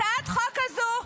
הצעת החוק הזו,